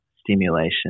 stimulation